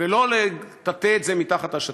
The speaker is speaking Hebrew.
ולא לטאטא את זה מתחת לשטיח.